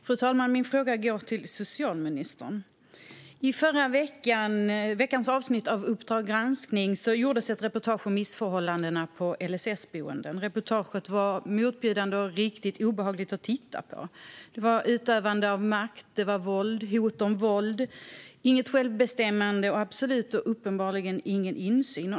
Fru talman! Min fråga går till socialministern. I förra veckans avsnitt av Uppdrag granskning gjordes ett reportage om missförhållandena på LSS-boenden. Reportaget var motbjudande och riktigt obehagligt att titta på. Det handlade om utövande av makt. Det var våld och hot om våld. Man hade inget självbestämmande och absolut och uppenbarligen ingen insyn.